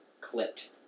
clipped